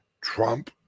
Trump